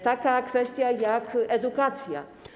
Taka kwestia, jak edukacja.